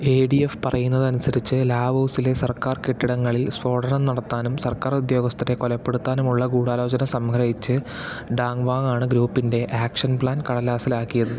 A DF പറയുന്നതനുസരിച്ച് ലാവോസിലെ സർക്കാർ കെട്ടിടങ്ങളിൽ സ്ഫോടനം നടത്താനും സർക്കാരുദ്യോഗസ്ഥരെ കൊലപ്പെടുത്താനുമുള്ള ഗൂഢാലോചന സംഗ്രഹിച്ച് ഡാങ് വാങാണ് ഗ്രൂപ്പിൻ്റെ ആക്ഷൻ പ്ലാൻ കടലാസിലാക്കിയത്